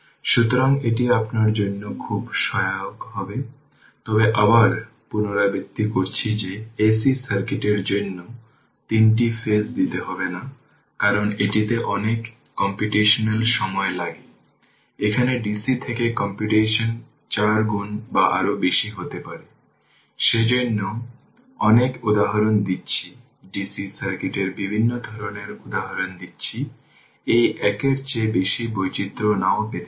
সুতরাং যদি দেখুন এটি যাওয়ার আগে VThevenin এখানে 64 ভোল্ট পেয়েছে